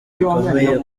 bikomeye